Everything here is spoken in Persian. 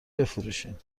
بفروشین